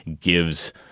gives